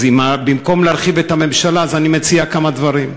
אז במקום להרחיב את הממשלה אני מציע כמה דברים: